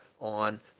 on